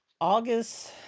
August